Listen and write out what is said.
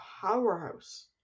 powerhouse